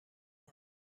now